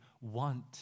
want